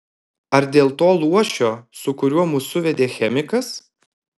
ar dėl to luošio su kuriuo mus suvedė chemikas